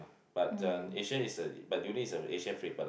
but the Asian is a but durian is the Asian favorite lah